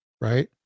right